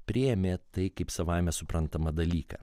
priėmė tai kaip savaime suprantamą dalyką